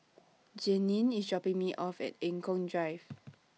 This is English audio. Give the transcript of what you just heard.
Jeannine IS dropping Me off At Eng Kong Drive